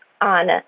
on